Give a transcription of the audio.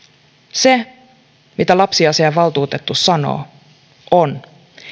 se mitä lapsiasiainvaltuutettu sanoo on